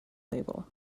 label